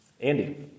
Andy